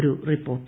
ഒരു റിപ്പോർട്ട്